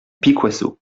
piquoiseau